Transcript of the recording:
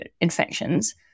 infections